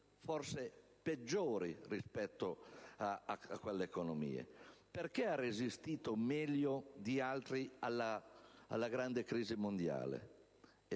forse peggiori rispetto a quelle economie? Perché ha resistito meglio di altri, pur svantaggiata, alla grande crisi mondiale?